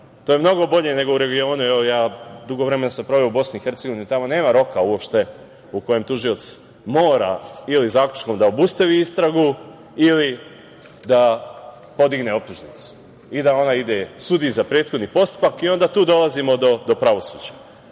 To je mnogo bolje nego u regionu. Dugo vremena sam proveo u BiH. Tamo nema roku u kojem tužilac mora ili zaključkom da obustavi istragu ili da podigne optužnicu i da ona ide sudiji za prethodni postupak i onda tu dolazimo do pravosuđa.